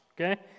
Okay